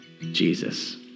Jesus